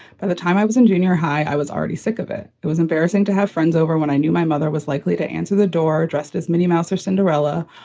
by the time i was in junior high, i was already sick of it. it was embarrassing to have friends over when i knew my mother was likely to answer the door dressed as minnie mouse or cinderella,